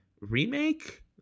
remake